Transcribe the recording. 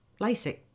LASIK